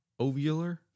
Ovular